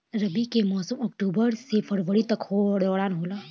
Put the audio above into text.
रबी के मौसम अक्टूबर से फरवरी के दौरान होला